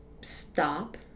stop